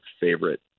favorite